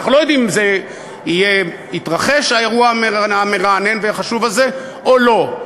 אנחנו לא יודעים אם יתרחש האירוע המרענן והחשוב הזה או לא.